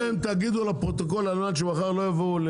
אתם תגידו לפרוטוקול על מנת שמחר לא יבואו.